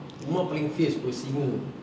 umar paling fierce placebo